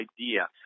idea